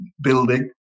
building